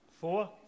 Four